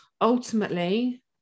ultimately